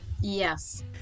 yes